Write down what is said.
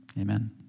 Amen